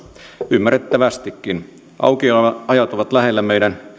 ymmärrettävästikin aukioloajat ovat lähellä meidän